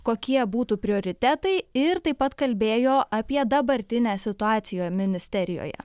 kokie būtų prioritetai ir taip pat kalbėjo apie dabartinę situaciją ministerijoje